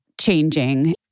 changing